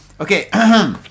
Okay